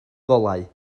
golau